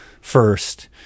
first